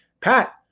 Pat